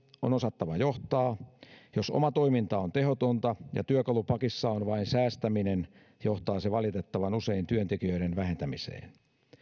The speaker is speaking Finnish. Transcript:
on osattava johtaa jos oma toiminta on tehotonta ja työkalupakissa on vain säästäminen johtaa se valitettavan usein työntekijöiden vähentämiseen